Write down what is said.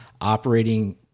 operating